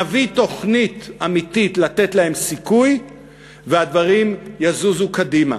נביא תוכנית אמיתית לתת להם סיכוי והדברים יזוזו קדימה.